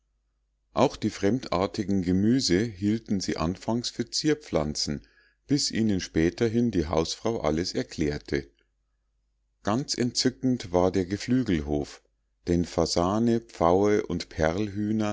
auch die fremdartigen gemüse hielten sie anfangs für zierpflanzen bis ihnen späterhin die hausfrau alles erklärte ganz entzückend war der geflügelhof denn fasanen pfauen und